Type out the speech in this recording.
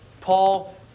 Paul